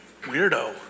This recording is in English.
Weirdo